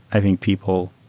i think people